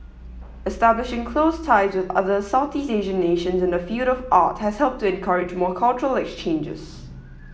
establishing close ties with other Southeast Asian nations in the field of art has helped to encourage more cultural exchanges